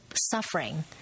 suffering